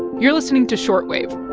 you're listening to short wave.